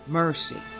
mercy